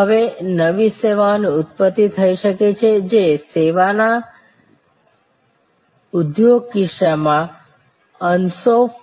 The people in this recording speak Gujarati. હવે નવી સેવાઓની ઉત્પત્તિ થઈ શકે છે જે સેવા ઉદ્યોગના કિસ્સામાં અન્સોફ